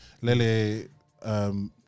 Lele